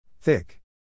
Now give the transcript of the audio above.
Thick